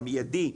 המיידי,